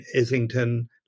Islington